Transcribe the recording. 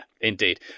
indeed